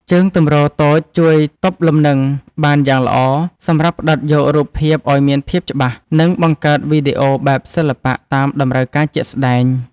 ជើងទម្រតូចជួយទប់លំនឹងបានយ៉ាងល្អ សម្រាប់ផ្ដិតយករូបភាពឱ្យមានភាពច្បាស់ និង បង្កើតវីដេអូបែបសិល្បៈតាមតម្រូវការជាក់ស្ដែង។